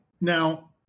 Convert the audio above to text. Now